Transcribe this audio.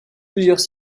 plusieurs